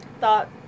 thought